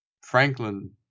Franklin